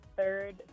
third